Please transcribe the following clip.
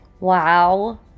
Wow